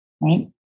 right